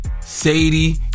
Sadie